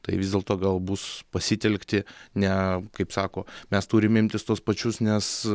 tai vis dėlto gal bus pasitelkti ne kaip sako mes turim imtis tuos pačius nes